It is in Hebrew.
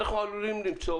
אנחנו עלולים למצוא